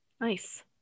Nice